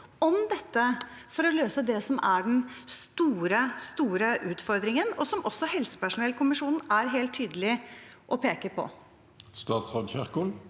om dette for å løse det som er den store utfordringen, og som også helsepersonellkommisjonen helt tydelig peker på.